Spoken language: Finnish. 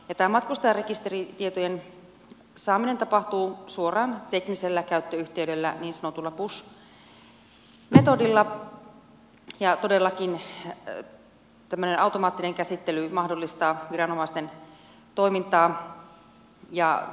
tämä matkustajarekisteritietojen saaminen tapahtuu suoraan teknisellä käyttöyhteydellä niin sanotulla push metodilla ja todellakin tämmöinen automaattinen käsittely mahdollistaa viranomaisten toimintaa